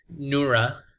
Nura